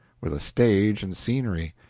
with a stage and scenery,